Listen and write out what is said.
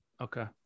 Okay